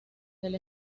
del